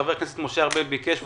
חבר הכנסת משה ארבל ביקש לשאול.